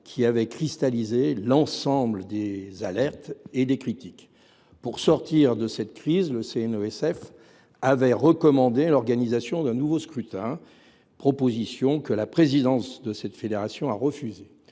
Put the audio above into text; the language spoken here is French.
qui avait cristallisé l’ensemble des alertes et des critiques. Pour sortir de cette crise, le CNOSF a recommandé l’organisation d’un nouveau scrutin, proposition que la présidence de cette fédération a refusée.